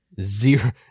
zero